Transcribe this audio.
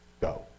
Go